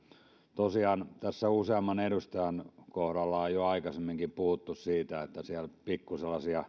tosiaan tässä useamman edustajan taholta on jo aikaisemminkin puhuttu siitä että siellä sellaisia pikku